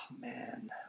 man